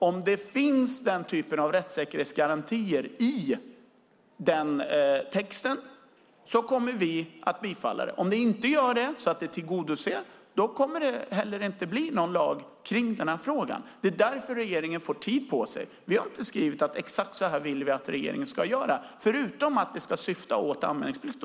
Om det finns rättsgarantier i texten kommer vi att bifalla förslaget. Om det inte gör det kommer det heller inte att bli någon lag i den här frågan. Det är därför regeringen får tid på sig. Vi har inte skrivit att exakt så här vill vi att regeringen ska göra, förutom att det ska syfta till anmälningsplikt.